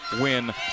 win